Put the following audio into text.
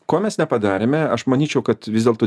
ko mes nepadarėme aš manyčiau kad vis dėlto